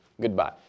Goodbye